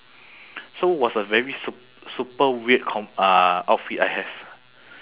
so was a very sup~ super weird com~ uh outfit I have